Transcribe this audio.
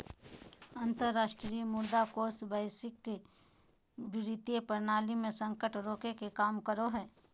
अंतरराष्ट्रीय मुद्रा कोष वैश्विक वित्तीय प्रणाली मे संकट रोके के काम करो हय